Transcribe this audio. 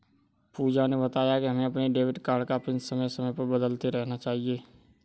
पूजा ने बताया कि हमें अपने डेबिट कार्ड का पिन समय समय पर बदलते रहना चाहिए